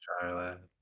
Charlotte